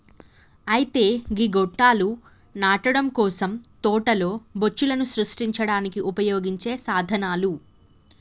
అయితే గీ గొట్టాలు నాటడం కోసం తోటలో బొచ్చులను సృష్టించడానికి ఉపయోగించే సాధనాలు